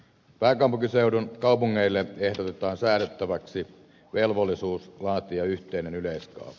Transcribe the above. pääkaupunkiseudun kaupungeille ehdotetaan säädettäväksi velvollisuus laatia yhteinen yleiskaava